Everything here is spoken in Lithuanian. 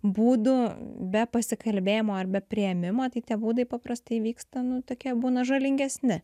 būdų be pasikalbėjimo arba priėmimo tai tie būdai paprastai vyksta nu tokie būna žalingesni